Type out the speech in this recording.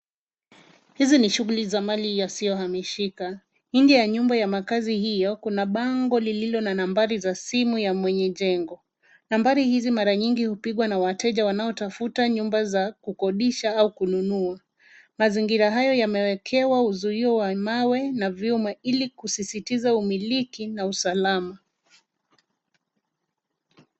Hizi ni shughuli za mali yasiyohamishika. Nje ya nyumba ya makazi hiyo, kuna bango lililo na nambari za simu ya mwenye jengo. Nambari hizi mara nyingi hupigwa na wateja wanaotafuta nyumba za kukodisha au kununua. Mazingira hayo yamewekewa uzio wa mawe na vyuma ili kusisitiza umiliki na usalama.